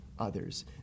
others